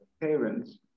parents